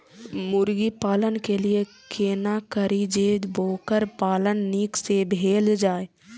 मुर्गी पालन के लिए केना करी जे वोकर पालन नीक से भेल जाय?